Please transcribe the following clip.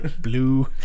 blue